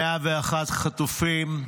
101 חטופים,